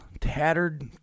Tattered